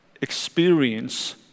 experience